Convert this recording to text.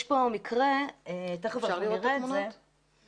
יש פה מקרה, פה